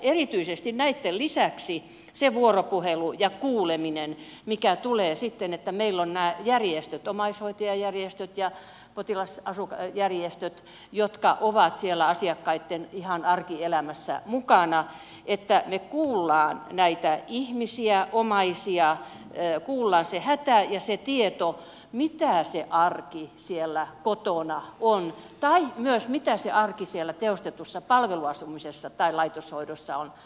erityisesti näitten lisäksi tärkeää on se vuoropuhelu ja kuuleminen mikä tulee siitä että meillä on nämä järjestöt omaishoitajajärjestöt ja potilasjärjestöt jotka ovat ihan siellä asiakkaitten arkielämässä mukana että me kuulemme näitä ihmisiä omaisia kuullaan se hätä ja se tieto mitä se arki siellä kotona on tai myös mitä se arki siellä tehostetussa palveluasumisessa tai laitoshoidossa on